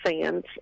fans